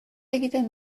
egiten